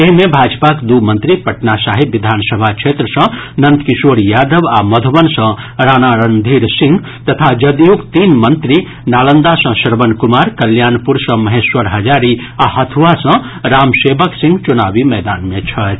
एहि मे भाजपाक दू मंत्री पटना साहिब विधानसभा क्षेत्र सँ नंदकिशोर यादव आ मधुबन सँ राणा रणधीर सिंह तथा जदयूक तीन मंत्री नालंदा सँ श्रवण कुमार कल्याणपुर सँ महेश्वर हजारी आ हथुआ सँ राम सेवक सिंह चुनावी मैदान मे छथि